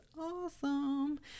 awesome